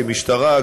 כמשטרה,